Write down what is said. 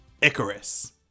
Icarus